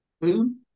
boom